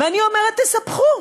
ואני אומרת: תספחו,